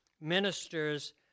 ministers